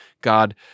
God